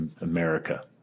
America